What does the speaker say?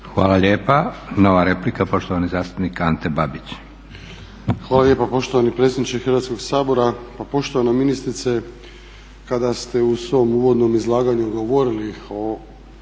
Hvala lijepa. Nova replika poštovani zastupnik Ante Babić. **Babić, Ante (HDZ)** Hvala lijepa poštovani predsjedniče Hrvatskoga sabora. Pa poštovana ministrice kada ste u svom uvodnom izlaganju govorili o